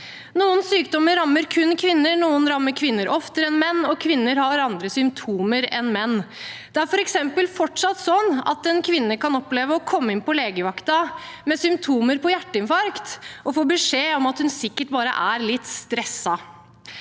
Noen sykdommer rammer kun kvinner, noen sykdommer rammer kvinner oftere enn menn, og kvinner har andre symptomer enn menn. Det er f.eks. fortsatt sånn at en kvinne kan oppleve å komme inn på legevakten med symptomer på hjerteinfarkt og få beskjed om at hun sikkert bare er litt stresset.